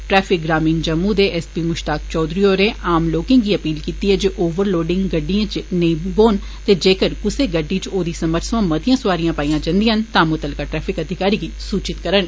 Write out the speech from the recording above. traffic ग्रामीण जम्मू दे S P Mushtaq Chaudhary होरें आम लोकें गी अपील कीती ऐ जे ओ ओवर लोडिग गड्डिएं च नेई बौह्न ते जेकर कुसै गड्डी च औदी समर्थ सोयां मतियां सौआरियां पाई जान्दियां न तां मुतलका ट्रैफिक अधिकारी गी सूचित करन